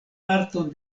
parton